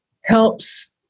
helps